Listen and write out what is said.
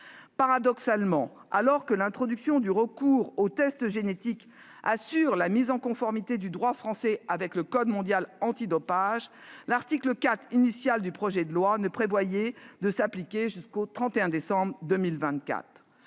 Paradoxalement, alors que l'introduction du recours aux tests génétiques assure la mise en conformité du droit français avec le code mondial antidopage, l'article 4 du projet de loi, dans sa version initiale, ne devait s'appliquer que jusqu'au 31 décembre 2024.